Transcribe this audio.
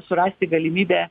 surasti galimybę